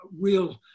real